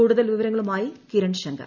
കൂടുതൽ വിവരങ്ങളുമായി കിരൺ ശങ്കർ